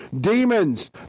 demons